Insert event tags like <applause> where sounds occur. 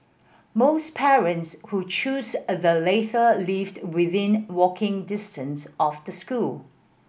most parents who choose the <unintelligible> lived within walking distance of the school